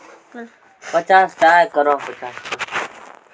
कृषि मशीन से जानवर रो चारा जुटाय मे आसानी होलै